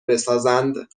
بسازند